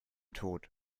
tod